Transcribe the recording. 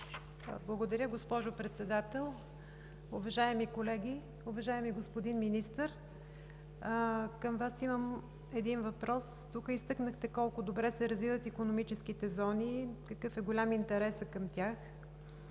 Благодаря госпожо Председател. Уважаеми колеги! Уважаеми господин Министър, имам един въпрос към Вас. Тук изтъкнахте колко добре се развиват икономическите зони и колко е голям интересът към тях.